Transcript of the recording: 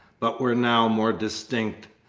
but were now more distinct.